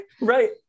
Right